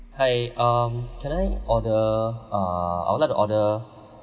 hi um can I order uh I would like to order